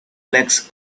legs